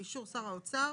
באישור שר האוצר,